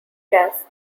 cass